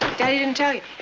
daddy didn't tell you?